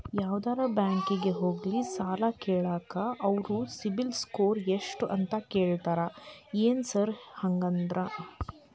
ಯಾವದರಾ ಬ್ಯಾಂಕಿಗೆ ಹೋಗ್ಲಿ ಸಾಲ ಕೇಳಾಕ ಅವ್ರ್ ಸಿಬಿಲ್ ಸ್ಕೋರ್ ಎಷ್ಟ ಅಂತಾ ಕೇಳ್ತಾರ ಏನ್ ಸಾರ್ ಹಂಗಂದ್ರ?